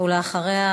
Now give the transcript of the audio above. ואחריה,